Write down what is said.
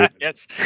Yes